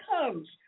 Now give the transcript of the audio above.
comes